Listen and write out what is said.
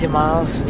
miles